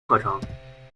课程